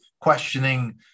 questioning